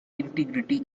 integrity